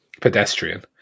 pedestrian